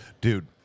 Dude